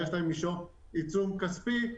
יש עליהם עיצום כספי.